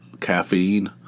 caffeine